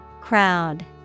Crowd